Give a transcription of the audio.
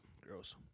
Gross